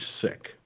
sick